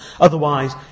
Otherwise